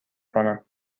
کنم